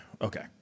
Okay